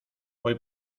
hoy